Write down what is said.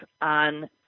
on